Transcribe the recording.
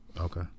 okay